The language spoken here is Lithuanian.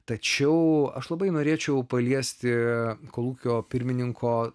tačiau aš labai norėčiau paliesti kolūkio pirmininko